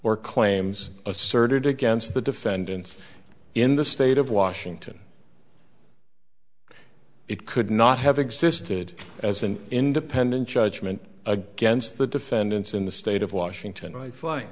or claims asserted against the defendants in the state of washington it could not have existed as an independent judgment against the defendants in the state of washington